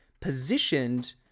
positioned